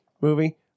movie